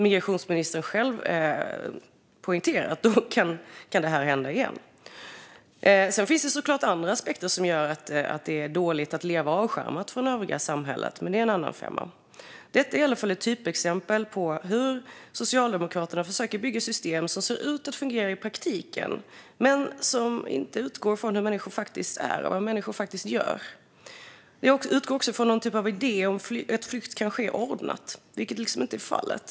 Migrationsministern poängterade själv att detta då kan hända igen. Det finns såklart även andra aspekter som gör att det är dåligt att leva avskärmat från det övriga samhället, men det är en annan femma. Detta är i alla fall ett typexempel på hur Socialdemokraterna försöker bygga system som ser ut att kunna fungera i praktiken men som inte utgår från hur människor faktiskt är och vad människor faktiskt gör. Det utgår också från någon idé om att flykt kan ske ordnat, vilket inte är fallet.